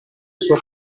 sua